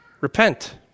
Repent